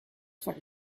for